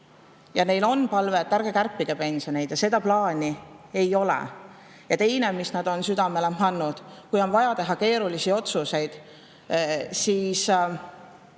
Neil on palve: ärge kärpige pensioneid! Ja seda plaani ei ole. Ja teine asi, mis nad on südamele pannud, on see, et kui on vaja teha keerulisi otsuseid, siis